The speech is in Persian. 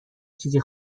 چیزی